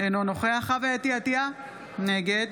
אינו נוכח חוה אתי עטייה, נגד